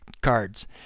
cards